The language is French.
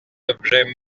objets